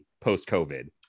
post-covid